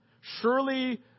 Surely